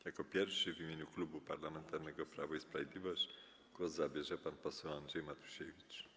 Jako pierwszy w imieniu Klubu Parlamentarnego Prawo i Sprawiedliwość głos zabierze pan poseł Andrzej Matusiewicz.